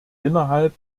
innerhalb